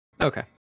Okay